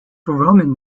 roman